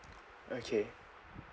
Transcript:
okay